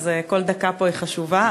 אז כל דקה פה היא חשובה.